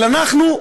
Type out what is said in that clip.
אבל אנחנו,